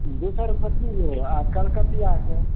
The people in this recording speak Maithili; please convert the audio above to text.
दू सए रुपए किलो आ कलकतिआके